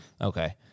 Okay